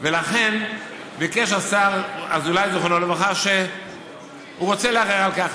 ולכן ביקש השר אזולאי זיכרונו לברכה לערער על כך.